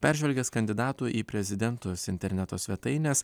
peržvelgęs kandidatų į prezidentus interneto svetaines